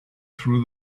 through